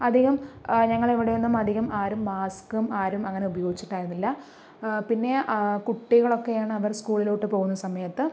അധികം ഞങ്ങളുടെ ഇവിടെ ഒന്നും അധികം ആരും മാസ്കും ആരും അങ്ങനെ ഉപയോഗിച്ചിട്ടുണ്ടായിരുന്നില്ല പിന്നെ കുട്ടികൾ ഒക്കെയാണ് അവർ സ്കൂളിലോട്ട് പോകുന്ന സമയത്ത്